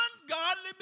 ungodly